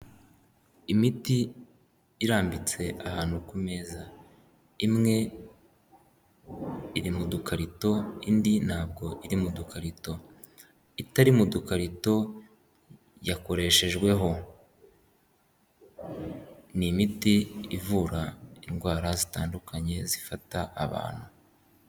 Imiti irambitse ahantu ku meza, imwe iri mu dukarito indi ntabwo iri mu dukarito. Itari mu dukarito yakoreshejweho ni imiti ivura indwara zitandukanye zifata abantu.